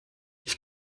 ich